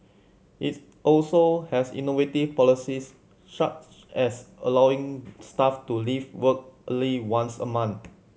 it's also has innovative policies such as allowing staff to leave work early once a month